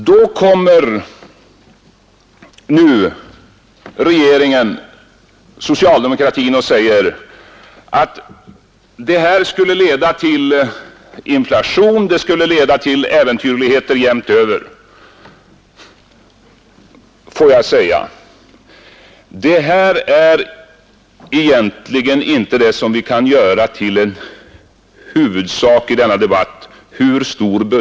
Nu säger alltså regeringen och socialdemokratin att det här skulle leda till inflation, det skulle leda till äventyrligheter jämnt över. Men den frågan — hur stor budgetspåfrestningen blir — är egentligen inte det som vi kan göra till en huvudsak i denna debatt.